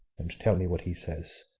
and tell me what he says.